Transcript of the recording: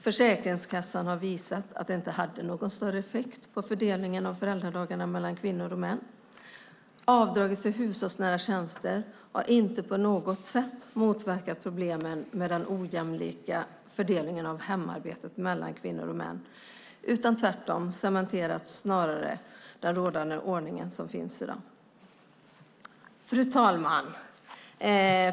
Försäkringskassan har visat att den inte hade någon större effekt på fördelningen av föräldradagarna mellan kvinnor och män. Avdraget för hushållsnära tjänster har inte på något sätt motverkat problemen med den ojämlika fördelningen av hemarbetet mellan kvinnor och män utan tvärtom snarare cementerat dagens rådande ordning. Fru talman!